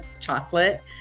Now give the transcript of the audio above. chocolate